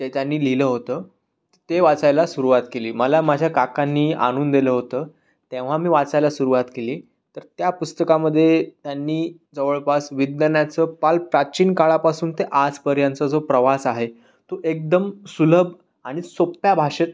ते त्यांनी लिहिलं होतं ते वाचायला सुरुवात केली मला माझ्या काकांनी आणून दिलं होतं तेव्हा मी वाचायला सुरवात केली तर त्या पुस्तकामध्ये त्यांनी जवळपास विज्ञानाचं पार प्राचीन काळापासून ते आजपर्यंतचा जो प्रवास आहे तो एकदम सुलभ आणि सोप्या भाषेत